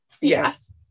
yes